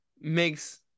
makes